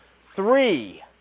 three